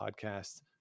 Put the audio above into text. Podcast